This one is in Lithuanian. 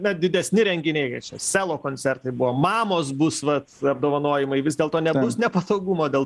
na didesni renginiai čia selo koncertai buvo mamos bus vat apdovanojimai vis dėlto nebus nepatogumo dėl